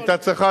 שהיתה צריכה,